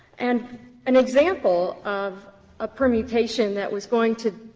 and an example of a permutation that was going to